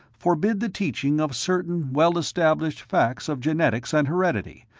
forbid the teaching of certain well-established facts of genetics and heredity,